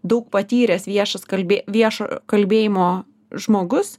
daug patyręs viešas kalbi viešo kalbėjimo žmogus